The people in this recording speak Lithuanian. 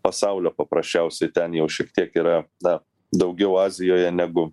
pasaulio paprasčiausiai ten jau šiek tiek yra na daugiau azijoje negu